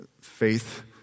faith